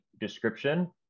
description